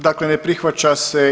Dakle, ne prihvaća se.